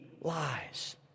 lies